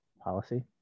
policy